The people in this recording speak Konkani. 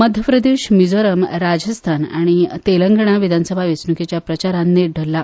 मध्य प्रदेश मिझोराम राजस्थान आनी तेलंगणा विधानसभा वेंचणुकेच्या प्रचारान नेट धरला